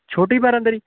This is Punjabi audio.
ਛੋਟੀ ਬਾਰਾਦਰੀ